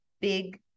big